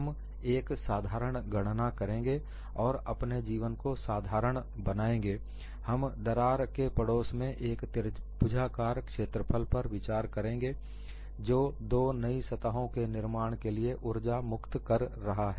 हम एक साधारण गणना करेंगे और अपने जीवन को साधारण बनाएंगे हम दरार के पड़ोस में एक त्रिभुजाकार क्षेत्रफल पर विचार करेंगे जो दो नई सतहों के निर्माण के लिए ऊर्जा मुक्त कर रहा है